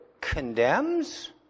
condemns